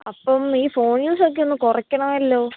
അപ്പം ഈ phone use ഒക്കെ ഒന്ന് കുറക്കണമല്ലോ